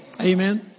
Amen